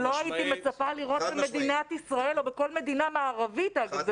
שלא הייתי מצפה לראות במדינת ישראל או בכל מדינה מערבית אגב.